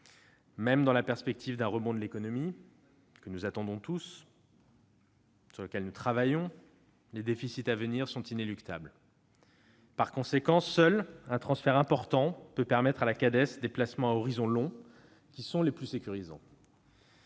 Même dans la perspective d'un rebond de l'économie, que nous attendons tous et auquel nous travaillons, les déficits sont inéluctables. En conséquence, seul un transfert important peut permettre à la Cades des placements à horizon long, qui sont les plus sécurisants